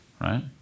right